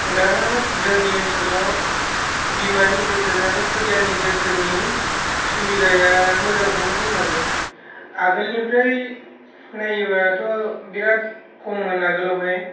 दा जोंनि ओनसोलाव बिमानि जोथोन आरो खुदियानि जोथोननि सुबिदाया मोजांखौनो बुंनांगोन आगोलनिख्रुइ नायोबाथ' बेराद खममोन आगोलावहाय